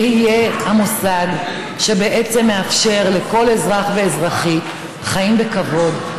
ויהיה מוסד שבעצם מאפשר לכל אזרח ואזרחית חיים בכבוד,